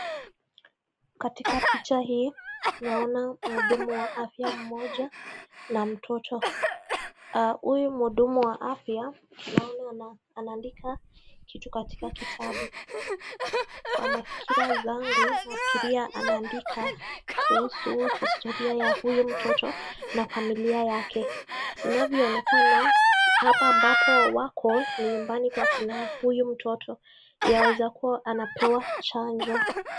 Katika picha hii naona mhudumu wa afya mmoja na mtoto. Huyu mhudumu wa afya naona anaandika kitu katika kitabu. Kwa mafikira zangu, nafikiria anaandika kuhusu hustoria ya huyu mtoto na familia yake. Inavyoonekana hapa ambapo wako ni nyumbani kwa kina huyu mtoto. Yaweza kuwa anapewa chanjo.